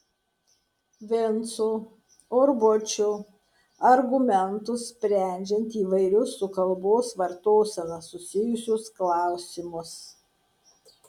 vinco urbučio argumentus sprendžiant įvairius su kalbos vartosena susijusius klausimus